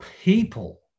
people